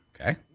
Okay